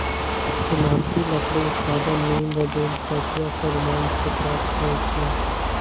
ईमारती लकड़ी उत्पादन नीम, बबूल, सखुआ, सागमान से प्राप्त होय छै